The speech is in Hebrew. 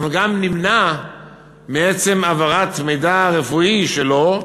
אנחנו גם נמנע שעצם העברת המידע הרפואי שלו,